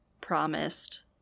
promised